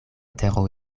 tero